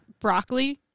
Broccoli